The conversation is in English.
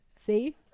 see